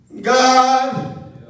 God